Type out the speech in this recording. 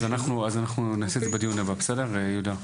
אז אנחנו נעשה את זה בדיון הבא, בסדר יהודה?